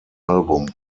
album